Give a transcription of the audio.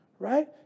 right